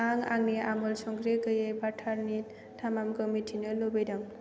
आं आंनि आमुल संख्रि गैयै बाटारनि थामानखौ मिथिनो लुबैदों